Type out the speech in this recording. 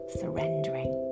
surrendering